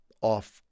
off